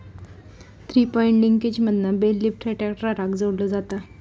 three point लिंकेजमधना bale lifter ट्रॅक्टराक जोडलो जाता